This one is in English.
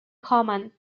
common